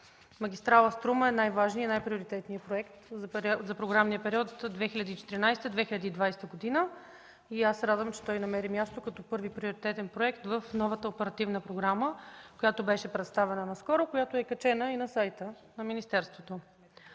магистрала „Струма” е най-важният и най-приоритетният проект за програмния период 2014-2020 г. и аз се радвам, че той намери място като първи приоритетен проект в новата оперативна програма, която беше представена наскоро, която е качена и на сайта на министерството.